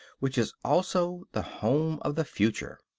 which is also the home of the future.